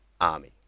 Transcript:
Army